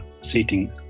seating